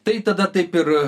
tai tada taip ir